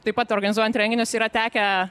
taip pat organizuojant renginius yra tekę